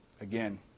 Again